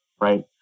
right